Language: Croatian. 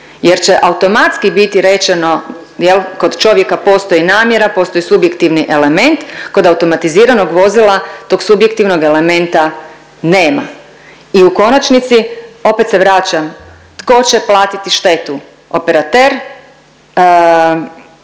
jer će automatski biti rečeno jel kod čovjeka postoji namjera, postoji subjektivni element, kod automatiziranog vozila tog subjektivnog elementa nema i u konačnici opet se vraćam tko će platit štetu, operater,